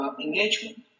engagement